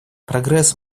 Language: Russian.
прогресс